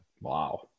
wow